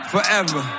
Forever